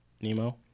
nemo